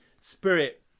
Spirit